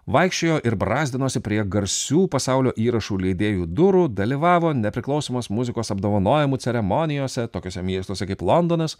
vaikščiojo ir brazdinosi prie garsių pasaulio įrašų leidėjų durų dalyvavo nepriklausomos muzikos apdovanojimų ceremonijose tokiuose miestuose kaip londonas